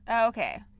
okay